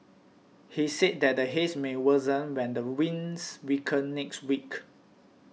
he said that the Haze may worsen when the winds weaken next week